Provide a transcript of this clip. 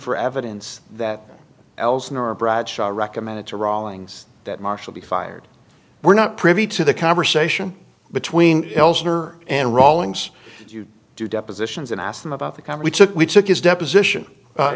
for evidence that elz nor bradshaw recommend it to rawlings that marshall be fired we're not privy to the conversation between elsner and rawlings you do depositions and ask them about the company took we took his deposition